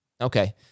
Okay